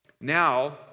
Now